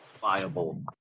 viable